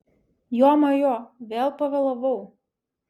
jomajo vėl pavėlavau